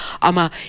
ama